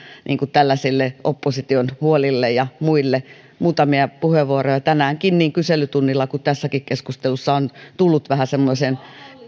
tällaisille opposition huolille ja muille muutamia puheenvuoroja tänäänkin niin kyselytunnilla kuin tässäkin keskustelussa on tullut vähän semmoiseen